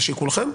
לשיקולכם,